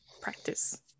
practice